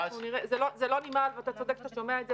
זה לא נמהל ואתה צודק שאתה שומע את זה.